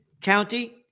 County